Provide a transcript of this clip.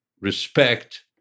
respect